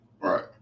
Right